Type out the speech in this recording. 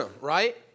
Right